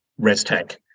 ResTech